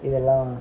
இதுலாம்:idhulam